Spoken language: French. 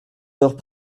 d’heure